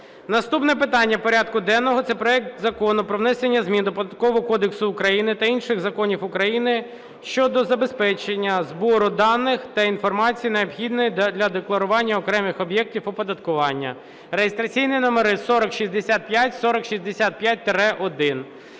Наступне питання порядку денного – це проект Закону про внесення змін до Податкового кодексу України та інших законів України щодо забезпечення збору даних та інформації необхідних для декларування окремих об’єктів оподаткування (реєстраційні номери: 4065, 4065-1).